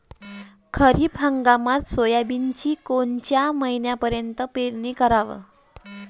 खरीप हंगामात सोयाबीनची कोनच्या महिन्यापर्यंत पेरनी कराव?